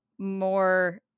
more